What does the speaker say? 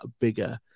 bigger